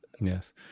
Yes